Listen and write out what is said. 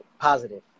positive